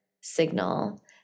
signal